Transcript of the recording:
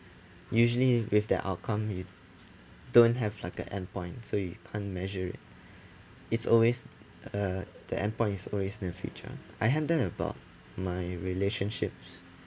usually with the outcome it don't have like a endpoint point so you can't measure it it's always uh the endpoint is always in the future I had that about my relationships